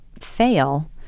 fail